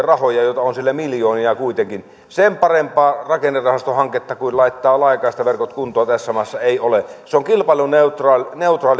rahoja joita on siellä miljoonia kuitenkin sen parempaa rakennerahastohanketta kuin laittaa laajakaistaverkot kuntoon tässä maassa ei ole se on kilpailuneutraali